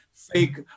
fake